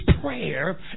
prayer